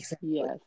Yes